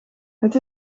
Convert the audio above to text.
het